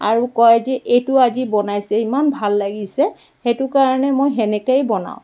আৰু কয় যে এইটো আজি বনাইছে ইমান ভাল লাগিছে সেইটো কাৰণে মই তেনেকেই বনাওঁ